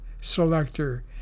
selector